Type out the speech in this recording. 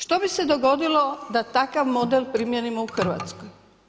Što bi se dogodilo da takav model primijenimo u Hrvatskoj.